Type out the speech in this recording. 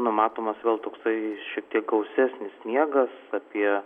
numatomas vėl toksai šiek tiek gausesnis sniegas apie